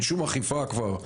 אין שום אכיפה כבר,